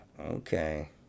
okay